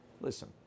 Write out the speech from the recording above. Listen